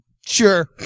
Sure